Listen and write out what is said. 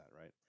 right